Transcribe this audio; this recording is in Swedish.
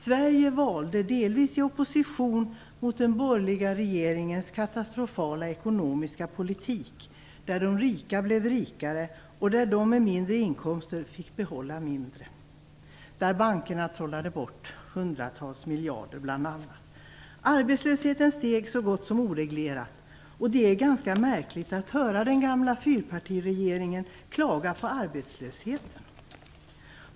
Sverige gjorde ett val delvis i opposition mot den borgerliga regeringens katastrofala ekonomiska politik. De rika blev rikare och de med lägre inkomster fick behålla mindre. Bankerna trollade bl.a. bort hundratals miljarder. Arbetslösheten steg så gott som oreglerat. Det är ganska märkligt att höra den gamla fyrpartiregeringen klaga på arbetslösheten.